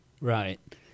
Right